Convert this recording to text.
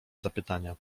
zapytania